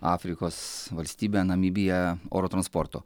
afrikos valstybę namibiją oro transportu